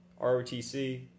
rotc